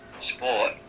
sport